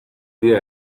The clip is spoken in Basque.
dira